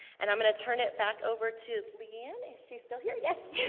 and, i'm going to turn it back over to lee ann, if she's still here, yes,